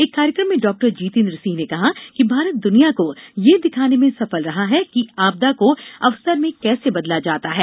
एक कार्यक्रम में डॉक्टार जितेन्द्र सिंह ने कहा कि भारत दुनिया को यह दिखाने में सफल रहा है कि आपदा को अवसर में कैसे बदला जाता है